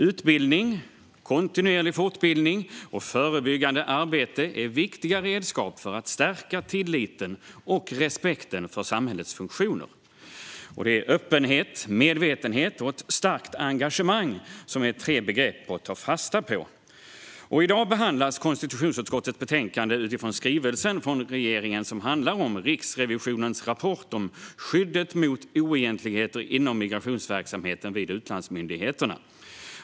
Utbildning, kontinuerlig fortbildning och förebyggande arbete är viktiga redskap för att stärka tilliten till och respekten för samhällets funktioner. Öppenhet, medvetenhet och ett starkt engagemang är tre begrepp att ta fasta på. I dag behandlas konstitutionsutskottets betänkande utifrån skrivelsen från regeringen som handlar om Riksrevisionens rapport om skyddet mot oegentligheter inom migrationsverksamheten vid utlandsmyndigheterna.